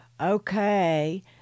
Okay